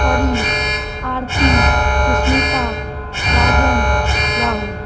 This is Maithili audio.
परी आरती सुष्मिता राजन राहुल